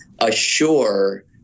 assure